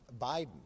Biden